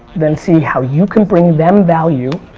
then see how you can bring them value,